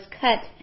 cut